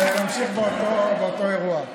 זה ממשיך באותו אירוע.